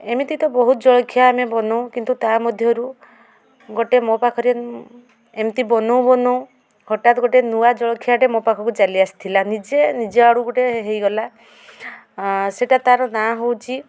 ଏମିତି ତ ବହୁତ ଜଳଖିଆ ଆମେ ବନଉ କିନ୍ତୁ ତା' ମଧ୍ୟରୁ ଗୋଟେ ମୋ ପାଖରେ ଏମିତି ବନଉ ବନଉ ହଠାତ୍ ଗୋଟେ ନୂଆ ଜଳଖିଆଟେ ମୋ ପାଖକୁ ଚାଲି ଆସିଥିଲା ନିଜେ ନିଜ ଆଡ଼ୁ ଗୋଟେ ହୋଇଗଲା ସେଇଟା ତା' ନାଁ ହେଉଛି